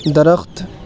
درخت